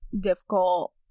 difficult